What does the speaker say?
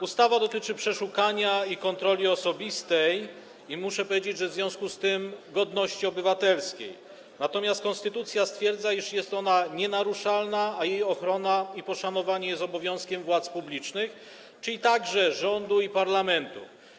Ustawa dotyczy przeszukania i kontroli osobistej i, muszę powiedzieć, w związku z tym godności obywatelskiej, natomiast konstytucja stwierdza, iż jest ona nienaruszalna, a jej ochrona i poszanowanie jest obowiązkiem władz publicznych, czyli także rządu i parlamentu.